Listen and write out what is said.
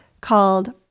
called